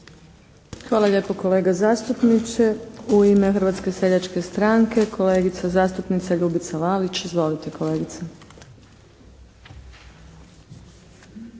Hvala lijepo kolega zastupniče. U ime Hrvatske seljačke stranke kolegica zastupnica Ljubica Lalić. Izvolite kolegice.